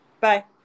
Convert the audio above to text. Bye